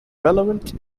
relevant